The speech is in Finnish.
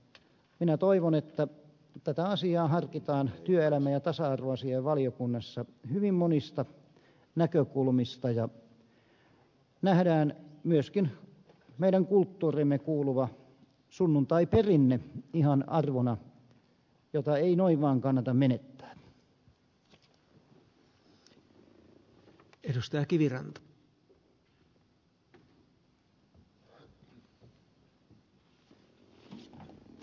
minä toivon että tätä asiaa harkitaan työelämä ja tasa arvovaliokunnassa hyvin monista näkökulmista ja nähdään myöskin meidän kulttuuriimme kuuluva sunnuntaiperinne ihan arvona jota ei noin vain kannata menettää